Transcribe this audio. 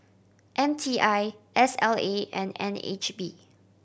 M T I S L A and N H B